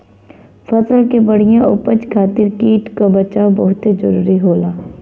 फसल के बढ़िया उपज खातिर कीट क बचाव बहुते जरूरी होला